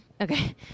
okay